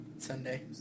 Sunday